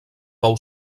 pou